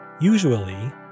usually